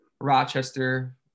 Rochester